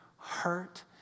hurt